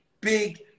big